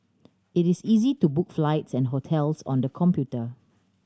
it is easy to book flights and hotels on the computer